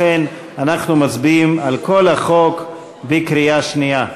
לכן אנחנו מצביעים על כל החוק בקריאה השנייה.